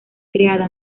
creada